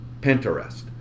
Pinterest